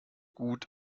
gut